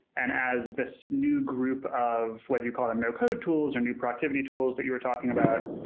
and as this new group of whether you call them no code tools, or new productivity tools that you were talking about,